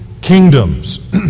kingdoms